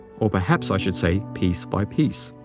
or perhaps i should say peace by peace.